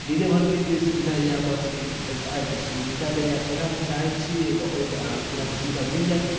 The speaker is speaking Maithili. जिले भरके लिए सुविधा यऽ बसके ओहिसँ आगेके लेल सुविधा नहि आएत तऽ ओहए हम चाहैत छी ओहिके आगेके लेल हमरा सुविधा मिल जाए